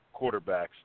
quarterbacks